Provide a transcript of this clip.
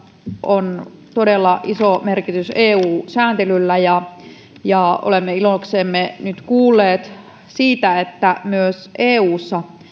on todella iso merkitys eu sääntelyllä ja ja olemme iloksemme nyt kuulleet siitä että myös eussa